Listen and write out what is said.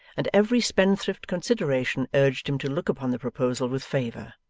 and every spendthrift consideration urged him to look upon the proposal with favour,